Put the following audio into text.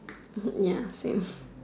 ya same